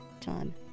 time